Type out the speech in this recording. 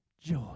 joy